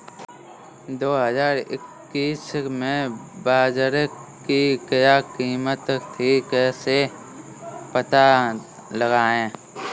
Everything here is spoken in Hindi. दो हज़ार इक्कीस में बाजरे की क्या कीमत थी कैसे पता लगाएँ?